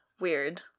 Weird